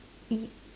i~